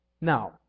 Now